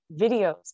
videos